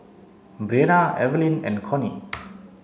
Brianna Evelyne and Connie